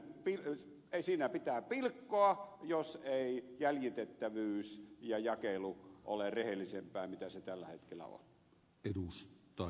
nimittäin nyt siinä pitää pilkkoa jos ei jäljitettävyys ja jakelu ole rehellisempää mitä se tällä hetkellä on